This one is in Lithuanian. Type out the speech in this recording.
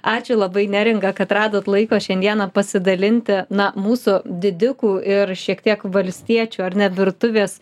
ačiū labai neringa kad radot laiko šiandieną pasidalinti na mūsų didikų ir šiek tiek valstiečių ar ne virtuvės